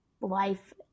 life